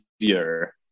easier